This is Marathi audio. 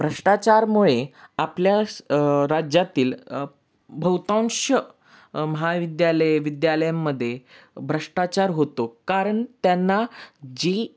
भ्रष्टाचारामुळे आपल्या स राज्यातील बहुतांश महाविद्यालय विद्यालयामध्ये भ्रष्टाचार होतो कारण त्यांना जी